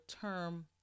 term